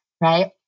right